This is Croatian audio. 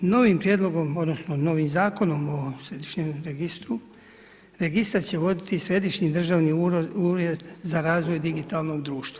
Novim prijedlogom, odnosno novim Zakonom o središnjem registru, registar će voditi Središnji državni ured za razvoj digitalnog društva.